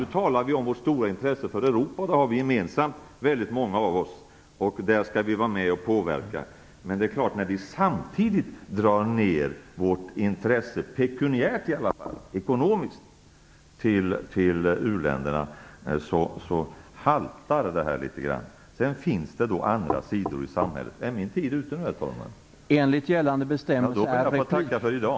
Nu talar vi om vårt stora intresse för Europa, och det har många av oss gemensamt. Där skall vi vara med och påverka. Men när vi samtidigt drar ned på intresset - i varje fall ekonomiskt - för u-länderna haltar det här litet. Är min taletid slut, herr talman? I så fall ber jag att få tacka för i dag.